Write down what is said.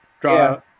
draw